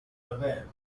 revere